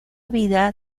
vida